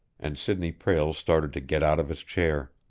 and sidney prale started to get out of his chair.